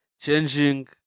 changing